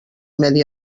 medi